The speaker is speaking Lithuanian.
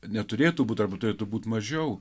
neturėtų būt arba turėtų būt mažiau